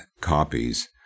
copies